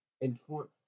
inform